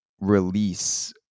release